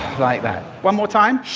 like that. one more time.